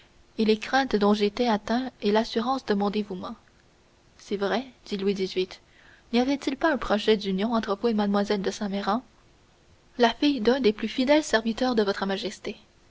et les craintes dont j'étais atteint et l'assurance de mon dévouement c'est vrai dit louis xviii n'y avait-il pas un projet d'union entre vous et mlle de saint méran la fille d'un des plus fidèles serviteurs de votre majesté